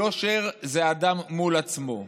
יושר זה אדם מול עצמו,